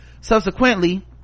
Subsequently